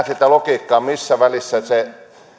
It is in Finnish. sitä logiikkaa missä välissä se